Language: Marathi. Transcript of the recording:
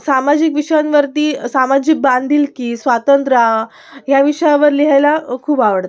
सामाजिक विषयांवरती सामाजिक बांधिलकी स्वातंत्र्य या विषयांवर लिहायला खूप आवडतं